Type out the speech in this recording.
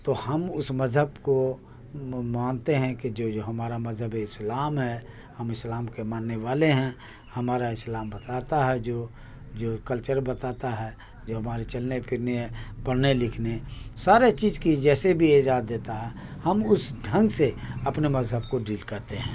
تو ہم اس مذہب کو مانتے ہیں کہ جو جو ہمارا مذہب اسلام ہے ہم اسلام کے ماننے والے ہیں ہمارا اسلام بتاتا ہے جو جو کلچر بتاتا ہے جو ہمارے چلنے پھرنے پڑھنے لکھنے سارے چیز کی جیسے بھی اجازت دیتا ہے ہم اس ڈھنگ سے اپنے مذہب کو ڈیل کرتے ہیں